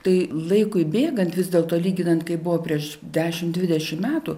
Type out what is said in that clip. tai laikui bėgant vis dėl to lyginant kaip buvo prieš dešimt dvidešimt metų